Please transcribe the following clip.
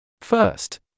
First